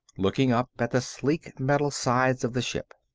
looking up at the sleek metal sides of the ship.